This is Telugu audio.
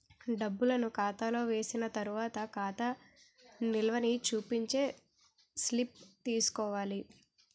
డబ్బులను ఖాతాలో వేసిన తర్వాత ఖాతా నిల్వని చూపించే స్లిప్ తీసుకోవాలి